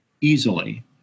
easily